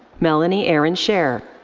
melanie erin schehr.